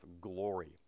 glory